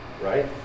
right